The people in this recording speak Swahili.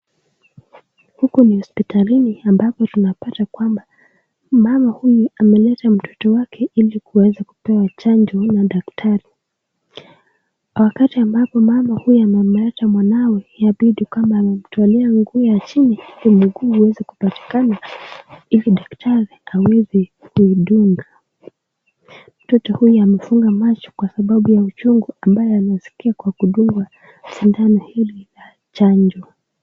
Huku ni hospitalini ambako tunapata kwamba mama huyu ameleta mtoto wake ili kuweza kupewa chanjo na daktari. Wakati ambapo mama huyu amemleta mwanawe yabidi kama amemtolea nguo ya chini ili mguu uweze kupatikana ili daktari aweze kuidunga. Mtoto huyu amefunga macho kwasababu ya uchungu anayosikia kwa kudungwa sindano hili chanjo.